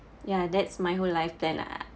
ya that's my whole life plan lah